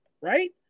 right